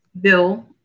Bill